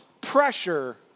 pressure